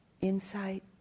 insight